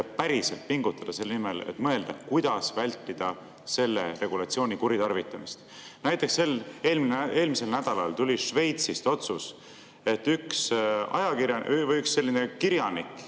päriselt pingutada selle nimel, et mõelda, kuidas vältida selle regulatsiooni kuritarvitamist. Näiteks eelmisel nädalal tuli Šveitsist otsus, et üks selline kirjanik